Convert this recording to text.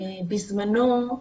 בזמנו,